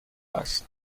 است